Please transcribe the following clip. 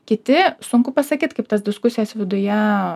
kiti sunku pasakyt kaip tas diskusijas viduje